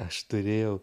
aš turėjau